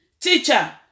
Teacher